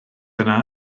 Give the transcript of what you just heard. yna